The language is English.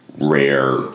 rare